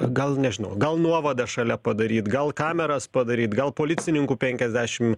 gal nežinau gal nuovadą šalia padaryt gal kameras padaryt gal policininkų penkiasdešim